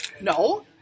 no